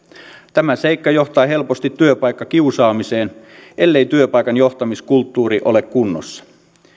tämä seikka johtaa helposti työpaikkakiusaamiseen ellei työpaikan johtamiskulttuuri ole kunnossa